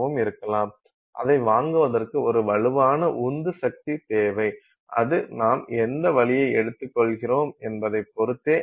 அதை வாங்குவதற்கு ஒரு வலுவான உந்து சக்தி தேவை அது நாம் எந்த வழியை எடுத்துக்கொள்கிறோம் என்பதைப் பொறுத்தே அமையும்